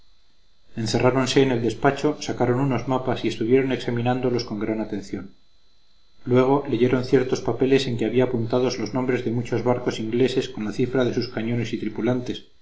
encerráronse en el despacho sacaron unos mapas y estuvieron examinándolos con gran atención luego leyeron ciertos papeles en que había apuntados los nombres de muchos barcos ingleses con la cifra de sus cañones y tripulantes